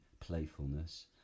playfulness